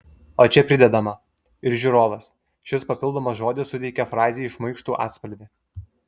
o čia pridedama ir žiūrovas šis papildomas žodis suteikia frazei šmaikštų atspalvį